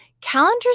calendars